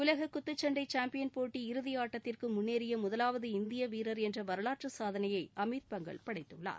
உலக குத்துச்சண்டை சாம்பியன் போட்டி இறுதி ஆட்டத்திற்கு முன்னேறிய முதலாவது இந்திய வீரர் என்ற வரலாற்று சாதனையை அமித் பங்கல் படைத்துள்ளார்